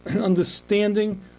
understanding